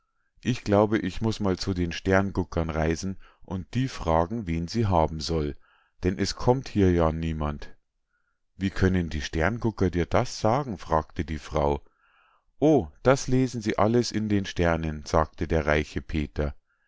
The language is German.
ich glaube ich muß mal zu den sternguckern reisen und die fragen wen sie haben soll denn es kommt hier ja niemand wie können die sterngucker dir das sagen fragte die frau o das lesen sie alles in den sternen sagte der reiche peter